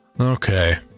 Okay